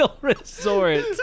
resort